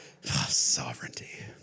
Sovereignty